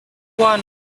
one